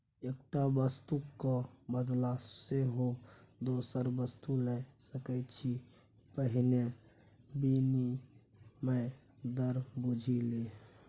एकटा वस्तुक क बदला सेहो दोसर वस्तु लए सकैत छी पहिने विनिमय दर बुझि ले